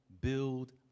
build